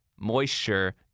moisture